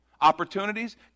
Opportunities